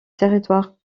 territoire